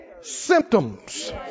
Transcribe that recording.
symptoms